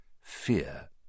Fear